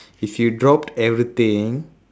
if you drop everything